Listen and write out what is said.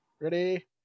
Ready